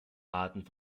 arten